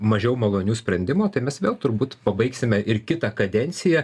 mažiau malonių sprendimo tai mes vėl turbūt pabaigsime ir kitą kadenciją